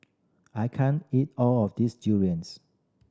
I can't eat all of this durians